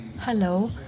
Hello